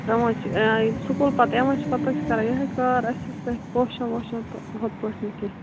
تِم حط چھِ آیا یہِ سکوٗل پتہٕ یِوان چھِ پتہٕ حظ چھِ کَران یِہَے کار اَسہِ سۭتۍ پوشن ووشن تہٕ ہُتھٕ پٲٹھۍ نہٕ کیٚنٛہہ